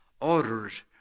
Orders